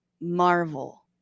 Marvel